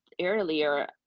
earlier